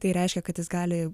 tai reiškia kad jis gali